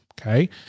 Okay